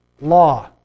Law